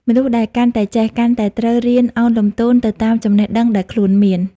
មនុស្សដែលកាន់តែចេះ កាន់តែត្រូវរៀនឱនលំទោនទៅតាមចំណេះដឹងដែលខ្លួនមាន។